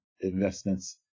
investments